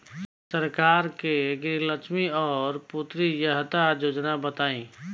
सरकार के गृहलक्ष्मी और पुत्री यहायता योजना बताईं?